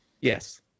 Yes